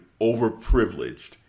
overprivileged